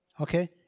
okay